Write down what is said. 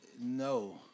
no